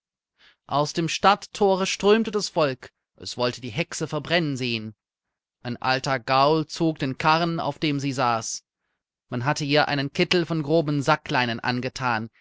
aus dem stadtthore strömte das volk es wollte die hexe verbrennen sehen ein alter gaul zog den karren auf dem sie saß man hatte ihr einen kittel von grobem sackleinen angethan